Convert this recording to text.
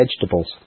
vegetables